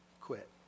quit